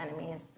enemies